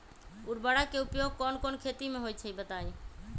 उर्वरक के उपयोग कौन कौन खेती मे होई छई बताई?